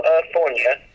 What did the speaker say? California